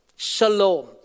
Shalom